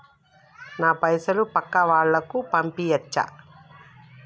నా పైసలు పక్కా వాళ్ళకు పంపియాచ్చా?